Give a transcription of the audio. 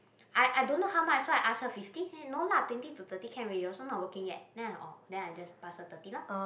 I I don't know how much so I ask her fifty then say no lah twenty to thirty can already you also not working yet then I oh then I just pass her thirty lor